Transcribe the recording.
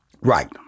Right